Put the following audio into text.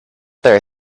there